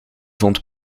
vond